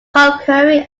concurring